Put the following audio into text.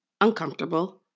uncomfortable